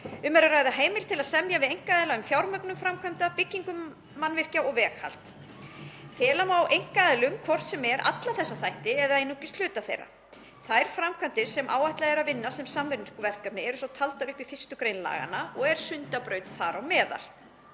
Um er að ræða heimild til að semja við einkaaðila um fjármögnun framkvæmda, byggingu mannvirkja og veghald. Fela má einkaaðilum hvort sem er alla þessa þætti eða einungis hluta þeirra. Þær framkvæmdir sem áætlað er að vinna sem samvinnuverkefni eru taldar upp í 1. gr. laganna og er Sundabraut þar á meðal.